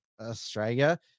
Australia